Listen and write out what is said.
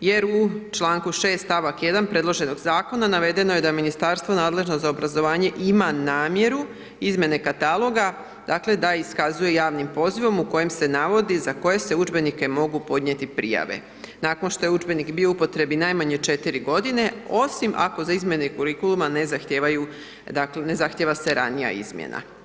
jer u članku 6. stavak 1. predloženog zakona navedeno je da ministarstvo nadležno za obrazovanje ima namjeru izmjene kataloga, dakle da iskazuje javnim pozivom u kojem se navodi za koje se udžbenike mogu podnijeti prijave nakon što je udžbenik bio u upotrebi najmanje 4 godine osim ako za izmjene kurikuluma ne zahtijevaju, dakle ne zahtjeva se ranija izmjena.